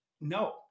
No